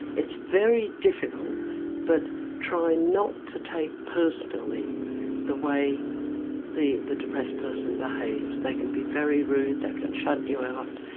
it's very difficult but try not to take personally the way the the depressed person behaves. they can be very rude. they can shut you out.